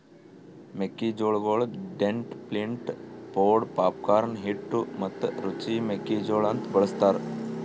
ಮೆಕ್ಕಿ ಜೋಳಗೊಳ್ dent, flint, pod, popcorn, ಹಿಟ್ಟು ಮತ್ತ ರುಚಿ ಮೆಕ್ಕಿ ಜೋಳ ಅಂತ್ ಬಳ್ಸತಾರ್